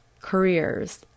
careers